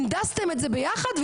הנדסת את זה ביחד,